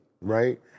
right